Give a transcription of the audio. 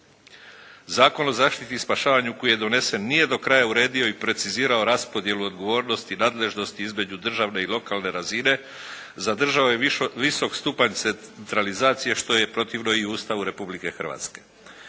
Zakon o zaštiti i spašavanju koji je donesen nije do kraja uredio i precizirao raspodjelu odgovornosti i nadležnosti između državne i lokalne razine, zadržao je visok stupanj centralizacije što je protivno i Ustavu Republike Hrvatske.